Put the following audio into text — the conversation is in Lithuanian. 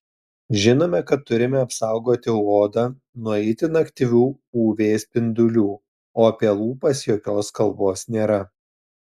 žinome kad turime apsaugoti odą nuo itin aktyvių uv spindulių o apie lūpas jokios kalbos nėra